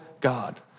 god